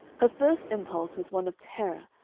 her first impulse was one of terror,